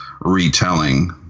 retelling